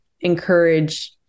encourage